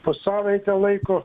po savaitę laiko